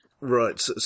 Right